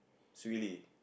it's really